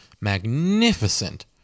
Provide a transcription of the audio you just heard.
magnificent